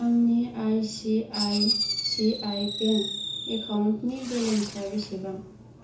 आंनि आइचिआइचिआइ बेंक एकाउन्टनि बेलेन्सा बेसेबां